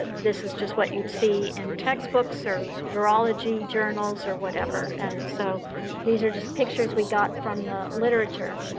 this is just what you'd see in textbooks or virology journals or whatever. and so these are just pictures we got from the literature.